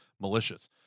malicious